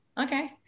Okay